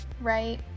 right